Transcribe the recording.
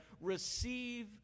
Receive